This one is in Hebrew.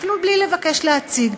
אפילו בלי לבקש להציג.